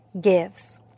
gives